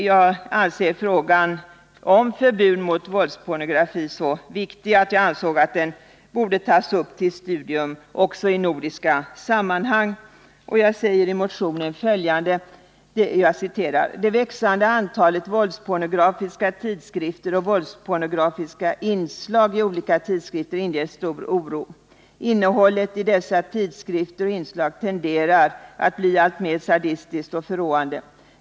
Jag ansåg att frågan om förbud mot våldspornografi var så viktig att den borde tas upp till studium också i nordiska sammanhang. I motionen säger jag följande: ”Det växande antalet våldspornografiska tidskrifter och våldspornografiska inslag i olika tidskrifter inger stor oro. Innehållet i dessa tidskrifter och inslag tenderar att bli allt mer sadistiskt och förråande.